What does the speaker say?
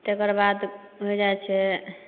तकरबाद होइ जाइ छै